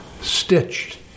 stitched